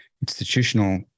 institutional